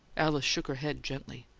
alice shook her head gently.